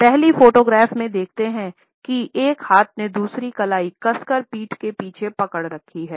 पहली फोटोग्राफ में देखते हैं कि एक हाथ ने दूसरी कलाई कसकर पीठ के पीछे पकड़ रखी हैं